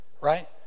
right